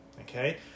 Okay